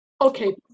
Okay